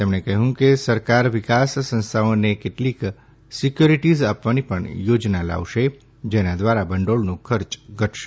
તેમણે કહ્યું કે સરકાર વિકાસ સંસ્થાઓને કેટલીક સિક્યોરિટીઝ આપવાની પણ યોજના લાવશે જેના દ્વારા ભંડોળનો ખર્ચ ઘટશે